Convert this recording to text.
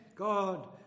God